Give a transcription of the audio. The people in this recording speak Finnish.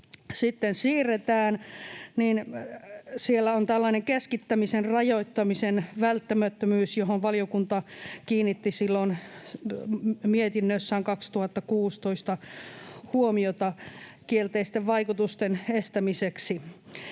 siirretään, niin siellä on tällainen keskittämisen rajoittamisen välttämättömyys, johon valiokunta kiinnitti mietinnössään 2016 huomiota kielteisten vaikutusten estämiseksi,